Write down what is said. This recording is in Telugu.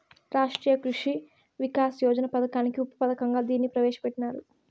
రాష్ట్రీయ కృషి వికాస్ యోజన పథకానికి ఉప పథకంగా దీన్ని ప్రవేశ పెట్టినారు